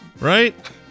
right